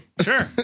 Sure